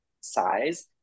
size